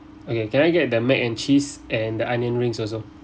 okay can I get the mac and cheese and the onion rings also